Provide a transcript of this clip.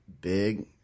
big